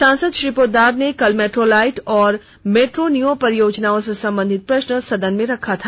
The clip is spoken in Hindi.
सांसद श्री पोद्दार ने कल मेट्रोलाइट एवं मेट्रोनिओ परियोजनाओं से संबंधित प्रश्न सदन में रखा था